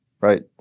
Right